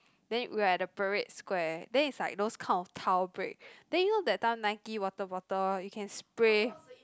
then we are at the Parade Square then it's like those kind of tile brick then you know that time Nike water bottle what you can spray